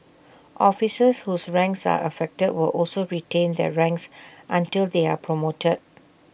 officers whose ranks are affected will also retain their ranks until they are promoted